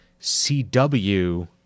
CW